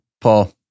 Paul